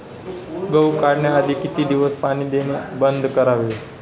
गहू काढण्याआधी किती दिवस पाणी देणे बंद करावे?